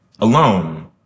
Alone